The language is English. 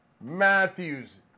Matthews